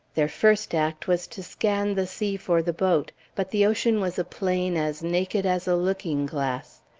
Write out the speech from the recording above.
their first act was to scan the sea for the boat, but the ocean was a plain as naked as a looking-glass.